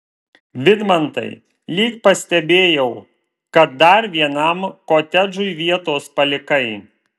vidmantai lyg pastebėjau kad dar vienam kotedžui vietos palikai